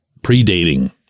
predating